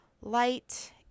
light